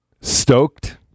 Stoked